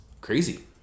Crazy